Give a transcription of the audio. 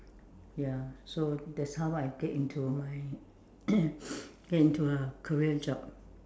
ya so that's how I get into my get into a career job